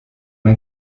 man